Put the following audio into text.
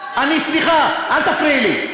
אל תתמוך, סליחה, אל תפריעי לי.